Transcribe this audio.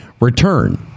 return